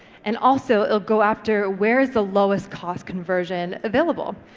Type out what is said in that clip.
and also it will go after where is the lowest cost conversion available.